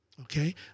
Okay